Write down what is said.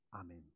Amen